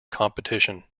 competition